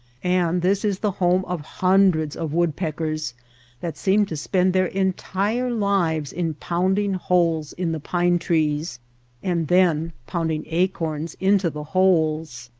and this is the home of hun dreds of woodpeckers that seem to spend their entire lives in pounding holes in the pine-trees and then pounding acorns into the holes.